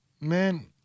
man